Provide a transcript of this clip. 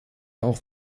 auch